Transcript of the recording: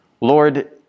Lord